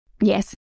Yes